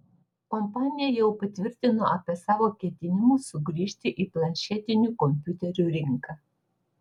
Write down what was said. kompanija jau patvirtino apie savo ketinimus sugrįžti į planšetinių kompiuterių rinką